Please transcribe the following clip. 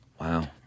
Wow